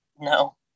No